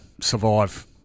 survive